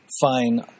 fine